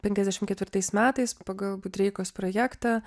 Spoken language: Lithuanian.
penkiasdešimt ketvirtais metais pagal budreikos projektą